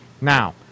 Now